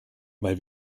weil